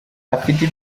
afite